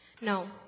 No